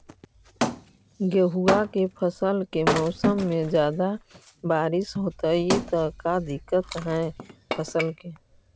गेहुआ के फसल के मौसम में ज्यादा बारिश होतई त का दिक्कत हैं फसल के?